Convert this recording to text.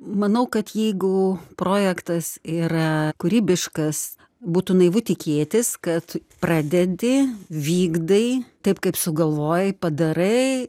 manau kad jeigu projektas yra kūrybiškas būtų naivu tikėtis kad pradedi vykdai taip kaip sugalvojai padarai